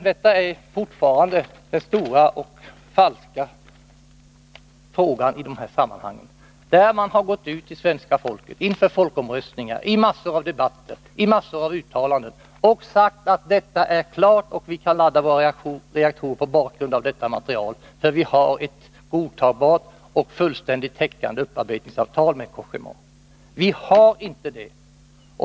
Detta är fortfarande den stora falskheten i det här sammanhanget: man har gått ut till svenska folket inför en folkomröstning och i mängder av debatter och uttalanden sagt att frågan var klar och att vi kunde börja ladda våra reaktorer mot bakgrund av detta material, där vi hade ett godtagbart och fullständigt täckande upparbetningsavtal med Cogéma. Vi har inte det.